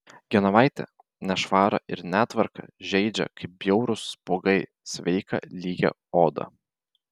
genovaitę nešvara ir netvarka žeidžia kaip bjaurūs spuogai sveiką lygią odą